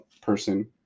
person